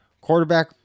Quarterback